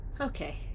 Okay